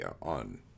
on